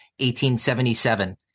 1877